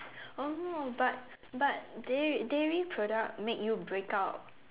oh but but dairy diary product make you break out